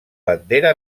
bandera